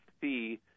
fee